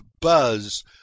BUZZ